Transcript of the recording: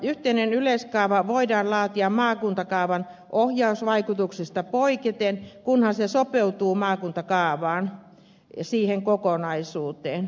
yhteinen yleiskaava voidaan laatia maakuntakaavan ohjausvaikutuksesta poiketen kunhan se sopeutuu maakuntakaavaan ja siihen kokonaisuuteen